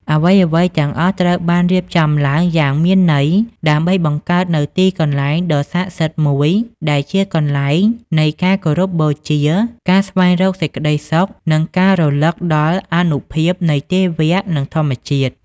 អ្វីៗទាំងអស់ត្រូវបានរៀបចំឡើងយ៉ាងមានន័យ ដើម្បីបង្កើតនូវទីកន្លែងដ៏ស័ក្តិសិទ្ធិមួយ ដែលជាកន្លែងនៃការគោរពបូជា ការស្វែងរកសេចក្តីសុខ និងការរំលឹកដល់អានុភាពនៃទេវៈ និងធម្មជាតិ។